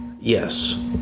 Yes